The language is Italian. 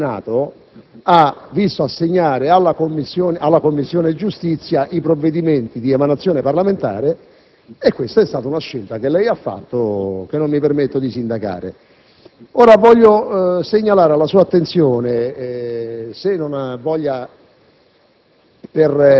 Il Senato ha visto assegnare alla Commissione giustizia i provvedimenti di emanazione parlamentare, e questa è stata una scelta che lei ha fatto e che non mi permetto di sindacare. Intendo sottoporre alla sua attenzione se non voglia,